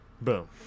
Boom